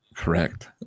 Correct